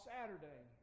Saturday